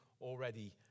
already